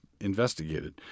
investigated